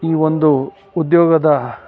ಈ ಒಂದು ಉದ್ಯೋಗದ